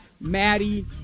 Maddie